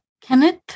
Kenneth